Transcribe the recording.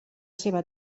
seva